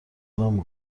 دارم